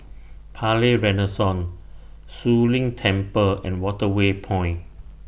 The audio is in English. Palais Renaissance Zu Lin Temple and Waterway Point